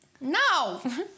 no